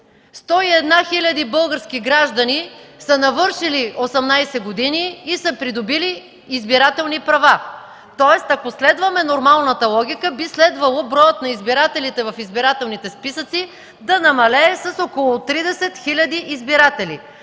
101 хиляди български граждани са навършили 18 години и са придобили избирателни права. Тоест ако следваме нормалната логика, би следвало броят на избирателите в избирателните списъци да намалее с около 30 хиляди избиратели,